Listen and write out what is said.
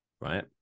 right